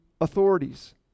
authorities